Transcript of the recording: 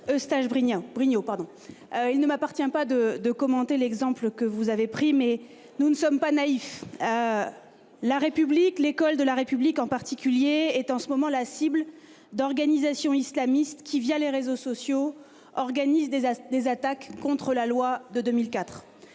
pardon. Il ne m'appartient pas de de commenter l'exemple que vous avez pris, mais nous ne sommes pas naïfs. La République, l'école de la République en particulier est en ce moment la cible d'organisations islamistes qui via les réseaux sociaux organisent des, des attaques contre la loi de 2004.